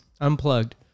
unplugged